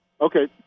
Okay